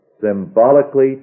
Symbolically